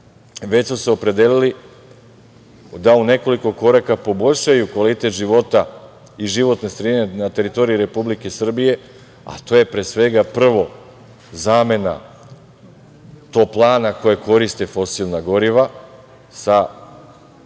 već su se opredelili da u nekoliko koraka poboljšaju kvalitet života i životne sredine na teritoriji Republike Srbije, a to je pre svega prvo zamena toplana koje koriste fosilna goriva sa